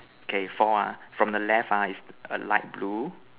okay four ah from the left ah is err light blue